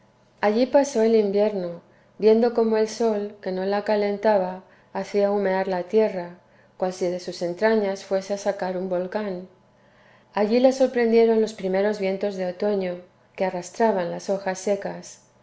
allí pasó el verano viendo cómo el sol que no la calentaba hacía humear la tierra cual si de sus entrañas fuese a sacar un volcán allí la sorprendieron los primeros vientos de otoño que arrastraban las hojas secas